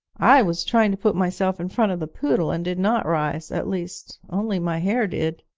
i was trying to put myself in front of the poodle, and did not rise at least, only my hair did.